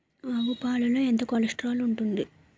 ఆవు పాలలో ఎంత కొలెస్ట్రాల్ ఉంటుంది?